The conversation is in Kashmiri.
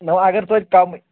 نَہ اگر تویتہِ کَمٕے